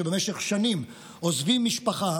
שבמשך שנים עוזבים משפחה,